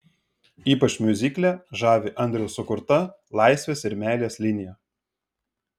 ypač miuzikle žavi andriaus sukurta laisvės ir meilės linija